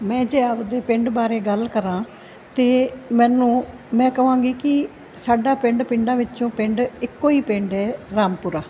ਮੈਂ ਜੇ ਆਪਦੇ ਪਿੰਡ ਬਾਰੇ ਗੱਲ ਕਰਾਂ ਤਾਂ ਮੈਨੂੰ ਮੈਂ ਕਹਾਂਗੀ ਕਿ ਸਾਡਾ ਪਿੰਡ ਪਿੰਡਾਂ ਵਿੱਚੋਂ ਪਿੰਡ ਇੱਕੋ ਹੀ ਪਿੰਡ ਹੈ ਰਾਮਪੁਰਾ